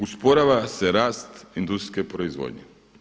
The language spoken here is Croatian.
Usporava se rast industrijske proizvodnje.